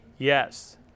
Yes